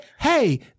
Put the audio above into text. hey